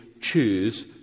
choose